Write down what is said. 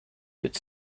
could